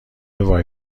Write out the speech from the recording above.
وای